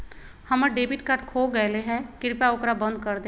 हम्मर debit card खो गयले है, कृपया ओकरा बंद कर दे